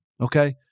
Okay